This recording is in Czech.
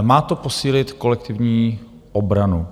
Má to posílit kolektivní obranu.